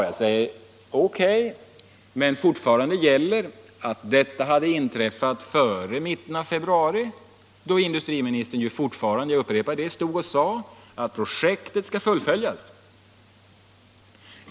Ja, O. K., men fortfarande gäller att detta hade inträffat före mitten av februari, då industriministern ju fortfarande — jag upprepar det — stod och sade att projektet skall fullföljas.